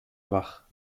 wach